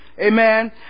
Amen